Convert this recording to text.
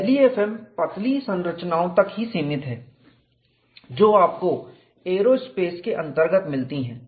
LEFM पतली संरचनाओं तक ही सीमित है जो आपको एयरोस्पेस के अंतर्गत मिलती है